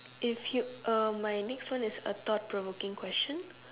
if you uh my next one is a thought provoking question